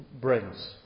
brings